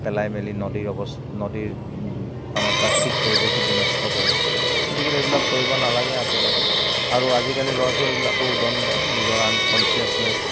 পেলাই মেলি নদীৰ অৱ নদীৰ মানে প্ৰাকৃতিক পৰিৱেশো বিনষ্ট কৰে গতিকেলৈ এইবিলাক কৰিব নালাগে আচলতে আৰু আজিকালি ল'ৰা ছোৱালীবিলাকো উদণ্ড নিজৰ আনকঞ্চিয়াছনেছ